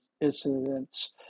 incidents